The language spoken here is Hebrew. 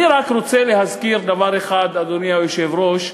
אני רק רוצה להזכיר דבר אחד, אדוני היושב-ראש.